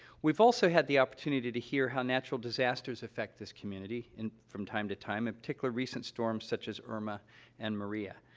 we've also had the opportunity to hear how natural disasters affect this community in from time to time, in particular, recent storms such as irma and maria.